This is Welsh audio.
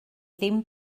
ddim